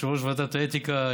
כיושב-ראש ועדת האתיקה,